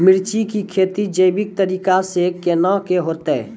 मिर्ची की खेती जैविक तरीका से के ना होते?